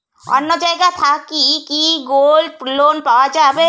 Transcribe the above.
অন্য জায়গা থাকি কি গোল্ড লোন পাওয়া যাবে?